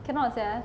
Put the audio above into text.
cannot sia